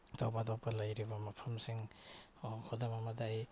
ꯑꯇꯣꯞꯄ ꯑꯇꯣꯞꯄ ꯂꯩꯔꯤꯕ ꯃꯐꯝꯁꯤꯡ ꯈꯨꯗꯝ ꯑꯃꯗ ꯑꯃꯗ ꯑꯩ